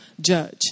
judge